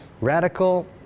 radical